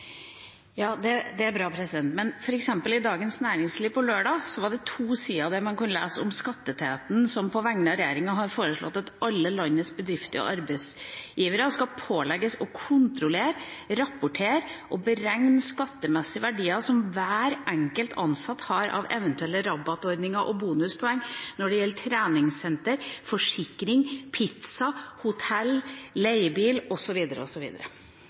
Det er bra. Men f.eks. i Dagens Næringsliv på lørdag var det to sider der man kunne lese at skatteetaten på vegne av regjeringa har foreslått at alle landets bedrifter og arbeidsgivere skal pålegges å kontrollere, rapportere og beregne skattemessige verdier som hver enkelt ansatt har av eventuelle rabattordninger og bonuspoeng når det gjelder treningssenter, forsikring, pizza, hotell, leiebil